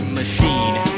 machine